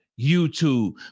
youtube